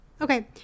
okay